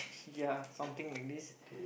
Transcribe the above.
ya something like this